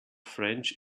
french